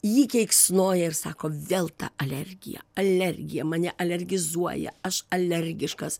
jį keiksnoja ir sako vėl ta alergija alergija mane alergizuoja aš alergiškas